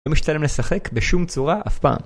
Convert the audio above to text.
לא משתלם לשחק בשום צורה אף פעם